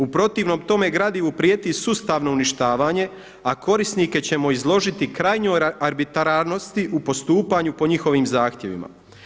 U protivnom tome gradivu prijeti sustavno uništavanje, a korisnike ćemo izložiti krajnjoj arbitrarnosti u postupanju po njihovim zahtjevima.